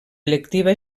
electiva